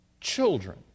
children